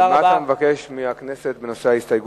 מה אתה מבקש מהכנסת בנושא ההסתייגות,